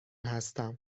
هستم